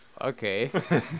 okay